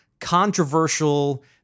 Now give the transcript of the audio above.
controversial